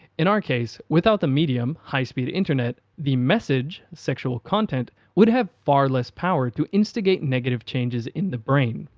in our case, without the medium high speed internet, the message sexual content, would have far less power to instigate negative changes in the brain.